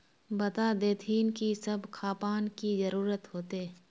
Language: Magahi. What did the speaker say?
बता देतहिन की सब खापान की जरूरत होते?